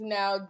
now